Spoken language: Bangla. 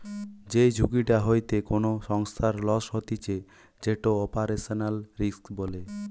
যেই ঝুঁকিটা হইতে কোনো সংস্থার লস হতিছে যেটো অপারেশনাল রিস্ক বলে